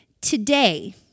Today